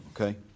okay